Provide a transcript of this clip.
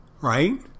Right